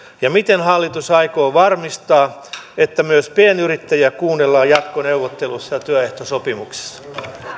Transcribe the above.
ja miten hallitus aikoo varmistaa että myös pienyrittäjiä kuunnellaan jatkoneuvotteluissa ja työehtosopimuksissa